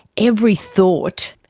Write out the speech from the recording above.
every thought,